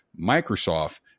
Microsoft